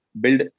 build